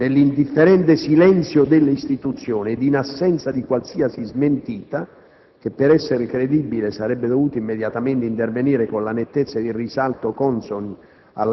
«Nell'indifferente silenzio delle Istituzioni ed in assenza di qualsiasi smentita - che, per essere credibile, sarebbe dovuta immediatamente intervenire con la nettezza ed il risalto consoni